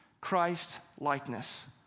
Christ-likeness